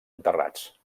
enterrats